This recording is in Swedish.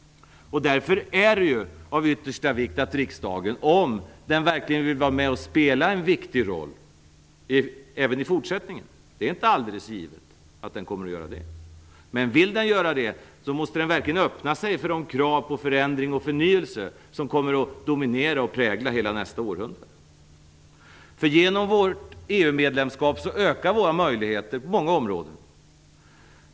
Därför är det av yttersta vikt att riksdagen, om den verkligen vill vara med och spela en viktig roll även i fortsättningen - vilket inte är alldeles givet - öppnar sig för de krav på förändring och förnyelse som kommer att dominera och prägla hela nästa århundrade. Genom vårt EU-medlemskap ökar våra möjligheter på många områden.